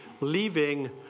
leaving